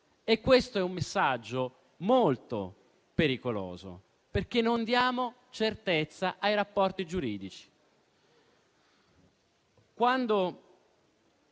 e questo è un messaggio molto pericoloso, perché non diamo certezza ai rapporti giuridici. Quando